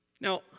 Now